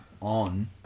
on